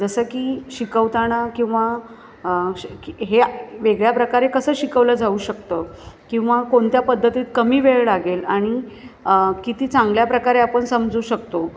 जसं की शिकवताना किंवा शे खे हे वेगळ्या प्रकारे कसं शिकवलं जाऊ शकतं किंवा कोणत्या पद्धतीत कमी वेळ लागेल आणि किती चांगल्या प्रकारे आपण समजू शकतो